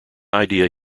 idea